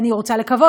אני רוצה לקוות,